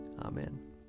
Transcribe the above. Amen